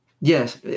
yes